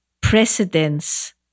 precedence